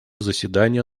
заседания